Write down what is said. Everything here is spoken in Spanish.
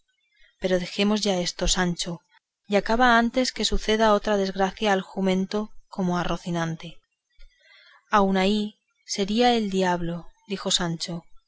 pero dejemos ya esto sancho y acaba antes que suceda otra desgracia al jumento como a rocinante aun ahí sería el diablo dijo sancho